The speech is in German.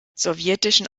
sowjetischen